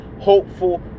hopeful